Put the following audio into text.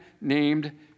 named